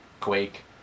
Quake